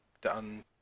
done